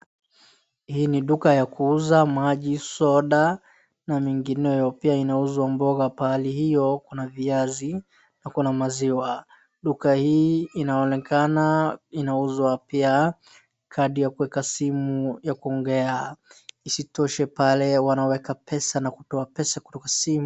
hii ni duka ya kuuza maji ,soda na mengineyo pia inauzwa mboga pahali hiyo kuna viazi na kuna maziwa duka hii inaonekana pia inauzwa kadi ya kuweka simu ya kuongea isitoshe pale wanaweka pesa na kutoa pesa kwa simu